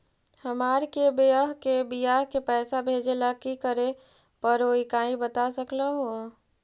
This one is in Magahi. हमार के बह्र के बियाह के पैसा भेजे ला की करे परो हकाई बता सकलुहा?